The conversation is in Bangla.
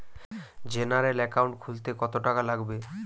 জেনারেল একাউন্ট খুলতে কত টাকা লাগবে?